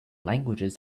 languages